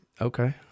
okay